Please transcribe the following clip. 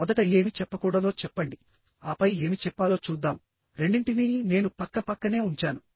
మొదట ఏమి చెప్పకూడదో చెప్పండి ఆపై ఏమి చెప్పాలో చూద్దాం రెండింటినీ నేను పక్కపక్కనే ఉంచాను